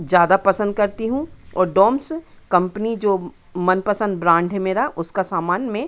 ज़्यादा पसंद करती हूँ और डोम्स कम्पनी जो मनपसंद ब्रांड है मेरा उसका सामान में